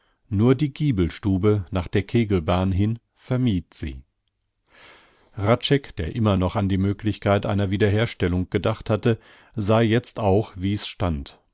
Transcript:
nur die giebelstube nach der kegelbahn hin vermied sie hradscheck der immer noch an die möglichkeit einer wiederherstellung gedacht hatte sah jetzt auch wie's stand